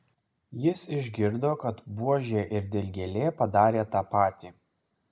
jis išgirdo kad buožė ir dilgėlė padarė tą patį